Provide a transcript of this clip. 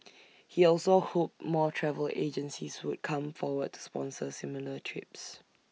he also hoped more travel agencies would come forward to sponsor similar trips